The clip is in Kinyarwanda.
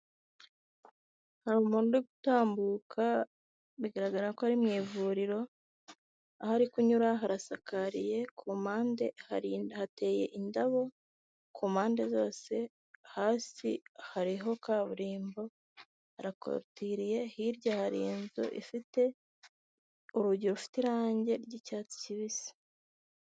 Hari umuntu uri gutambuka, bigaragara ko ari mu ivuriro, aho ari kunyura harasakariye, ku mpande hateye indabo, ku mpande zose hasi hariho kaburimbo harakotiririye, hirya hari inzu ifite urugi rufite irangi ry'icyatsi kibisi.